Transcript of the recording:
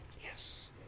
Yes